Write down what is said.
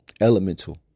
elemental